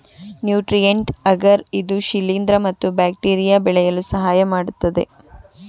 nutrient agar ಇದು ಶಿಲಿಂದ್ರ ಮತ್ತು ಬ್ಯಾಕ್ಟೀರಿಯಾ ಬೆಳೆಯಲು ಸಹಾಯಮಾಡತ್ತದೆ